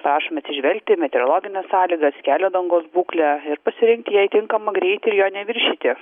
prašom atsižvelgti į meteorologines sąlygas kelio dangos būklę ir pasirinkti jai tinkamą greitį ir jo neviršyti